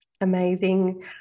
amazing